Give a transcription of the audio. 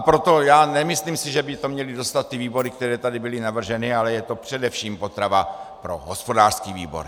Proto já nemyslím si, že by to měly dostat ty výbory, které tady byly navrženy, ale je to především potrava pro hospodářský výbor.